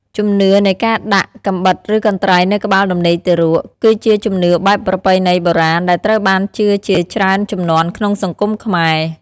ជំនឿនៃការដាក់ កំបិតឬកន្ត្រៃនៅក្បាលដំណេកទារក គឺជាជំនឿបែបប្រពៃណីបុរាណដែលត្រូវបានជឿជាច្រើនជំនាន់ក្នុងសង្គមខ្មែរ។